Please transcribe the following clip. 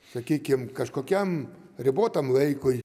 sakykim kažkokiam ribotam laikui